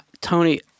Tony